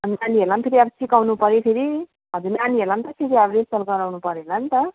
अन्त नि नानीहरूलाई पनि फेरि अब सिकाउनु पऱ्यो फेरि हजुर नानीहरूलाई पनि त फेरि अब रेसल गराउनु पऱ्यो होला नि त